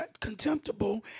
contemptible